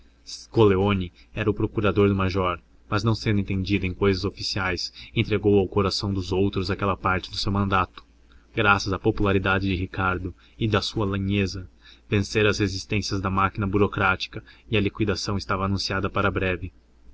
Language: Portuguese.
coleoni era o procurador do major mas não sendo entendido em cousas oficiais entregou ao coração dos outros aquela parte do seu mandato graças à popularidade de ricardo e da sua lhaneza vencera a resistência da máquina burocrática e a liquidação estava anunciada para breve